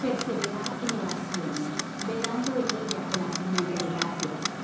perseverad en oración velando en ella con hacimiento de gracias